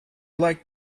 like